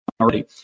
already